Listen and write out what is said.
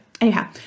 Anyhow